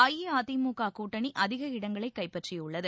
அஇஅதிமுக கூட்டணி அதிக இடங்களை கைப்பற்றியுள்ளது